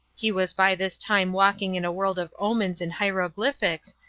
he was by this time walking in a world of omens and hieroglyphics,